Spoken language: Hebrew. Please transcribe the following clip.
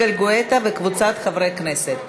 חבר הכנסת יגאל גואטה וקבוצת חברי כנסת.